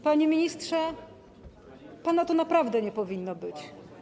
Panie ministrze, pana tu naprawdę nie powinno być.